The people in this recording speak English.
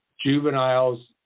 juveniles